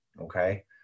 Okay